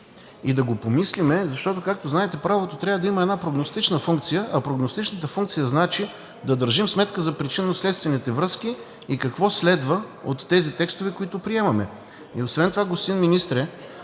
и да го помислим, защото, както знаете, правото трябва да има една прогностична функция. А прогностичната функция значи да държим сметка за причинно-следствените връзки и какво следва от тези текстове, които приемаме. И освен това, господин Министре,